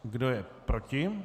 Kdo je proti?